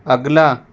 अगला